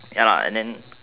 ya lah and then